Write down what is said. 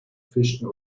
fischen